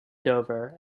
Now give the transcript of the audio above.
dover